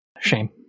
Shame